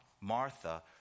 Martha